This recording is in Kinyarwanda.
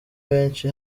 benshi